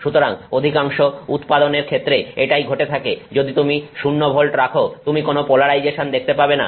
সুতরাং অধিকাংশ উৎপাদনের ক্ষেত্রে এটাই ঘটে থাকে যদি তুমি 0 ভোল্ট রাখ তুমি কোন পোলারাইজেশন দেখতে পাবে না